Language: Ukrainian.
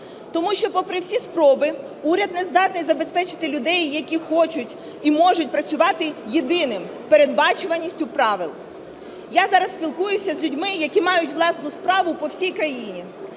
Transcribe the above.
Тому що попри всі спроби уряд не здатний забезпечити людей, які хочуть і можуть працювати, єдиним – передбачуваністю правил. Я зараз спілкуюся з людьми, які мають власну справу, по всій країні.